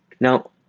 now,